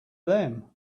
them